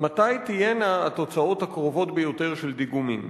מתי תהיינה התוצאות הקרובות ביותר של דיגומים?